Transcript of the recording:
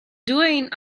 doing